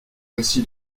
voici